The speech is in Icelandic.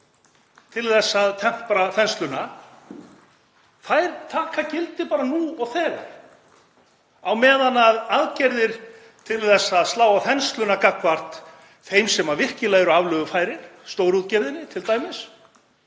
til að tempra þensluna, þær taka gildi bara nú og þegar á meðan aðgerðir til að slá á þensluna gagnvart þeim sem virkilega eru aflögufærir, stórútgerðinni t.d.,